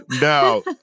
No